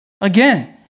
Again